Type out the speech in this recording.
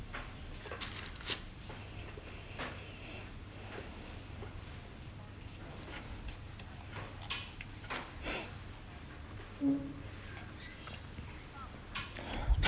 mm